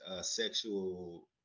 sexual